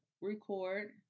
record